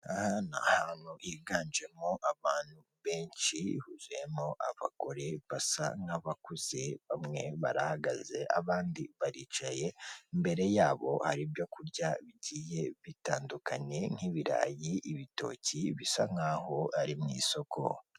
Aha ni ahantu higanjemo abantu benshi, huzuyemo abagore basa nk'abakuze, bamwe barahagaze abandi baricaye, imbere yabo hari ibyo kurya bigiye bitandukanye nk'ibirayi, ibitoki, bisa nk'aho ari mu isoko.